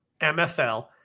MFL